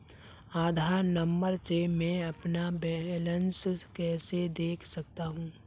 आधार number से मैं अपना बैलेंस कैसे देख सकता हूँ?